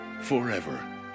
forever